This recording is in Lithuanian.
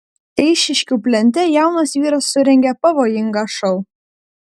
eišiškių plente jaunas vyras surengė pavojingą šou